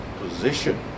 position